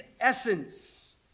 essence